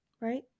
right